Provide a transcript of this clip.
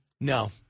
No